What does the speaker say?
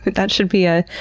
but that should be a,